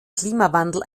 klimawandel